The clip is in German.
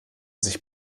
sich